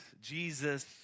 Jesus